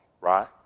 right